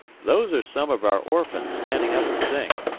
those are some of our orphans standing up to sing.